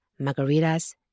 margaritas